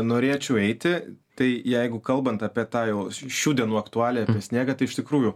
norėčiau eiti tai jeigu kalbant apie tą jau šių dienų aktualiją apie sniegą tai iš tikrųjų